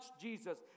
Jesus